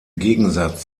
gegensatz